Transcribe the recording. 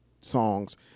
songs